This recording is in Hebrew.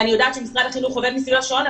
ואני יודעת שמשרד החינוך עובד מסביב לשעון,